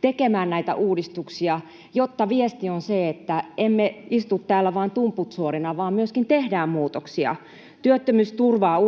tekemään näitä uudistuksia, jotta viesti on se, että emme istu täällä vain tumput suorina, vaan myöskin tehdään muutoksia. Työttömyysturvaa